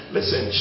Listen